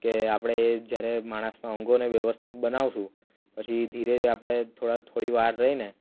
કે આપણે જ્યારે માણસના અંગોને વ્યવસ્થિત બનાવીશું પછી ધીરે ધીરે આપણે થોડા થોડી વાર રહીને